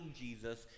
Jesus